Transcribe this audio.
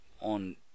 on